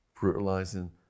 brutalizing